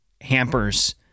hampers